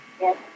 Yes